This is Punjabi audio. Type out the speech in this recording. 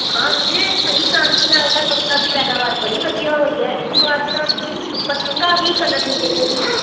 ਹਾਂ ਵੀਰੇ ਹਰੀ ਕ੍ਰਾਂਤੀ ਨਾਲ ਤਾਂ ਫਸਲਾਂ ਦੀ ਪੈਦਾਵਾਰ ਬੜੀ ਵਧੀਆ ਹੋਈ ਹੈ ਇਸ ਵਾਰ ਤਾਂ ਪੱਕਾ ਹੀ ਕਣਕ ਨਿਕਲੇਗੀ